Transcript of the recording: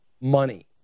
money